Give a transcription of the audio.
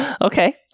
okay